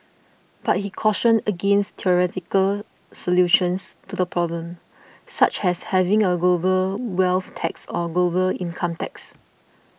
but he cautioned against theoretical solutions to the problem such as having a global wealth tax or global income tax